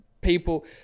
people